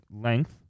length